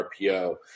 RPO